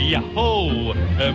Yahoo